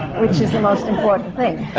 which is the most important thing.